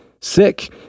sick